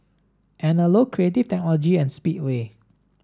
Anello Creative Technology and Speedway